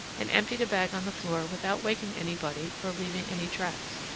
and emptied a bag on the floor without waking anybody or leaving any tracks.